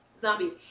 zombies